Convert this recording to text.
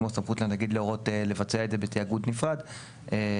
כמו סמכות לנגיד להורות לבצע את זה בתאגיד נפרד וכדומה.